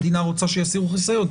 המדינה רוצה שיסירו חיסיון?